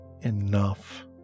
enough